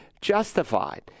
justified